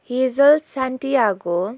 हिजल Santiago